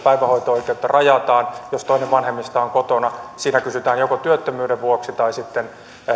oikeutta rajataan jos toinen vanhemmista on kotona siinä kysytään rajaamisesta joko työttömyyden vuoksi tai sitten siksi